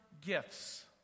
gifts